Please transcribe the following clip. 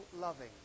loving